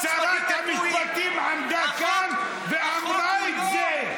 שרת המשפטים עמדה כאן ואמרה את זה.